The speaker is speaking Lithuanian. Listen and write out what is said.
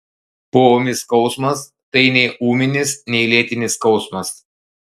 poūmis skausmas tai nei ūminis nei lėtinis skausmas